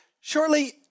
Shortly